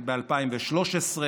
ב-2013,